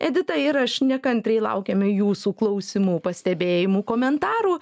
edita ir aš nekantriai laukiame jūsų klausimų pastebėjimų komentarų